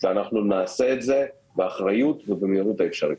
ונעשה את זה באחריות ובמהירות האפשרית.